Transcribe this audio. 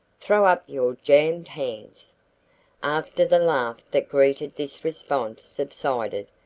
throw up your jammed hands after the laugh that greeted this response subsided,